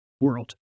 world